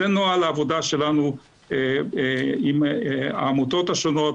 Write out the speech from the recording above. זה נוהל העבודה שלנו עם העמותות השונות,